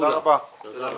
הישיבה ננעלה בשעה 10:30.